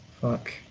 Fuck